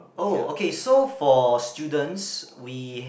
oh okay so for students we